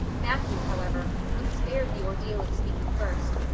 matthew, however, was spared the ordeal of speaking first,